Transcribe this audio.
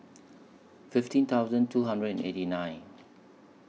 fifteen thousand two hundred and eighty nine